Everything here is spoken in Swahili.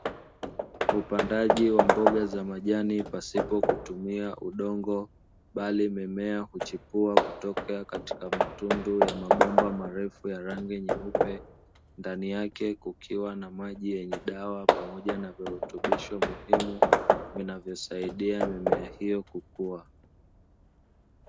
Upandaji wa mboga za majani pasipo kutumia udongo bali mimea huchipua kutoka katika matundu ya mabomba marefu ya rangi nyeupe, ndani yake kukiwa na maji yenye dawa pamoja na virutubisho muhimu vinavyosaidia mimea hiyo kukua.